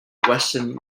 weston